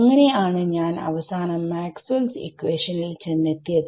അങ്ങനെ ആണ് ഞാൻ അവസാനം മാക്സ്വെൽ ഇക്വെഷൻ Maxwells equation നിൽ ചെന്നെത്തിയത്